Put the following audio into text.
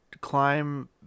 climb